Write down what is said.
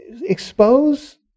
expose